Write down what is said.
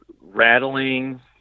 rattling